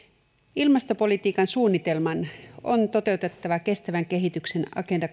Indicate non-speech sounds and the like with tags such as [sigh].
ilmastopolitiikan suunnitelman on toteutettava kestävän kehityksen agenda [unintelligible]